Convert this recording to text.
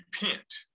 repent